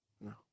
No